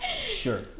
Sure